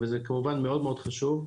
וזה כמובן מאוד מאוד חשוב.